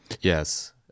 yes